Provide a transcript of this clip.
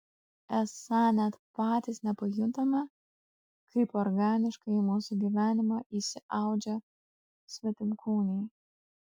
esą net patys nepajuntame kaip organiškai į mūsų gyvenimą įsiaudžia svetimkūniai